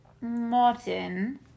modern